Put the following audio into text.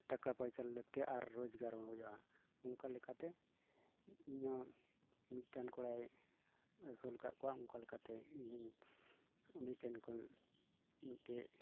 ᱴᱟᱠᱟ ᱯᱚᱭᱥᱟ ᱞᱟᱹᱠᱛᱤᱜᱼᱟ ᱟᱨ ᱨᱚᱡᱽᱜᱟᱨ ᱦᱚᱸ ᱦᱩᱭᱩᱜᱼᱟ ᱚᱱᱠᱟ ᱞᱮᱠᱟᱛᱮ ᱤᱧ ᱦᱚᱸ ᱢᱤᱫᱴᱟᱝ ᱠᱚᱲᱟᱭ ᱟᱹᱥᱩᱞ ᱟᱠᱟᱫ ᱠᱚᱣᱟ ᱚᱱᱠᱟ ᱞᱮᱠᱟᱛᱮ ᱤᱧ ᱦᱚᱸ ᱩᱱᱤ ᱴᱷᱮᱱ ᱠᱷᱚᱱ ᱢᱤᱫᱴᱮᱱ